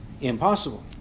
impossible